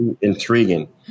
intriguing